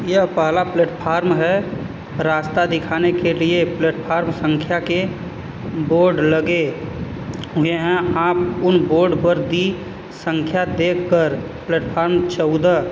यह पहला प्लैटफॉर्म है रास्ता दिखाने के लिए प्लैटफॉर्म संख्या के बोर्ड लगे हुए हैं आप उन बोर्ड पर दी संख्या देख कर प्लैटफॉर्म चौदह